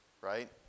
right